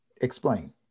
Explain